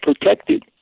protected